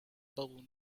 balloon